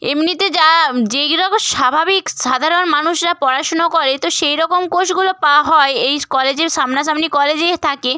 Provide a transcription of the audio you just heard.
এমনিতে যা যেইরকো স্বাভাবিক সাধারণ মানুষরা পড়াশুনো করে তো সেই রকম কোর্সগুলো পা হয় এইস্ কলেজের সামনাসামনি কলেজে থাকে